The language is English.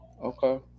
Okay